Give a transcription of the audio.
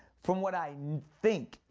from what i think.